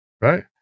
Right